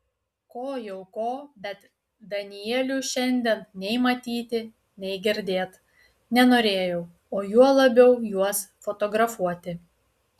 ko jau ko bet danielių šiandien nei matyt nei girdėt nenorėjau o juo labiau juos fotografuoti